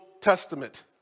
Testament